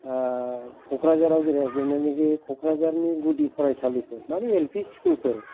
क'क्राझारआव जेरैनाखि क'क्राझारनि गुदि फरायसालिफोर माने एल पि सिकुल फोर